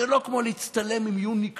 זה לא כמו להצטלם עם יוניקלו